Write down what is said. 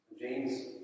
James